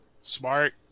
Smart